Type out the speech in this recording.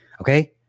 Okay